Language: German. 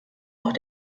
auch